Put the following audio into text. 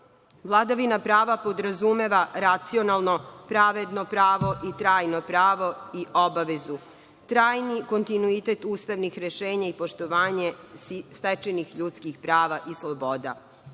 Vladavina prava podrazumeva racionalno, pravedno pravo i trajno pravo i obavezu, trajni kontinuitet ustavnih rešenja i poštovanje stečenih ljudskih prava i sloboda.U